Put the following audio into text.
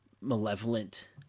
malevolent